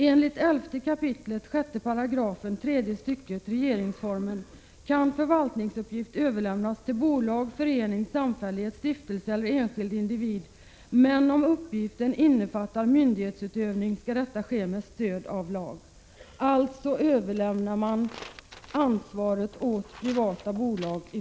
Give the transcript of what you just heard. Enligt 11 kap. 6§ tredje stycket regeringsformen kan förvaltningsuppgift överlämnas till bolag, förening, samfällighet, stiftelse eller enskild individ, men om uppgiften innefattar myndighetsutövning skall det ske med stöd av lag.” Man överlämnar alltså i fortsättningen ansvaret till privata bolag.